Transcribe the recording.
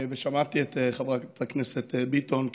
ושמעתי את חברת הכנסת ביטון,